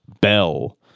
bell